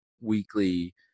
weekly